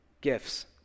Gifts